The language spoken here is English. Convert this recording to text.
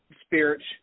spirits